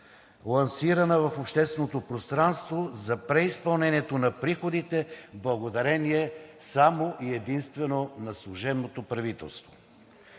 лансирана в общественото пространство, за преизпълнението на приходите благодарение само и единствено на служебното правителство.